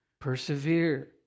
Persevere